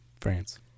France